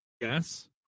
yes